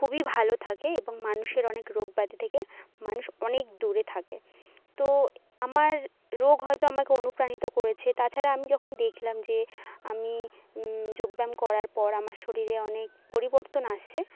খুবই ভালো থাকে এবং মানুষের অনেক রোগ ব্যাধি থেকে মানুষ অনেক দূরে থাকে তো আমার রোগ হয়তো আমাকে অনুপ্রাণিত করেছে তাছাড়া আমি যখন দেখলাম যে আমি যোগ ব্যায়াম করার পর আমার শরীরে অনেক পরিবর্তন আসছে